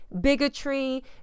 bigotry